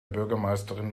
bürgermeisterin